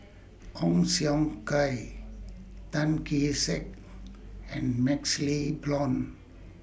Ong Siong Kai Tan Kee Sek and MaxLe Blond